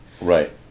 Right